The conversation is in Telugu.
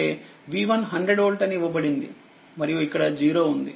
మరియు ఇక్కడ 0 ఉంది